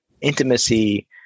intimacy